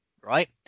right